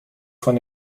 von